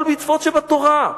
כל המצוות שבתורה,